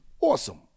awesome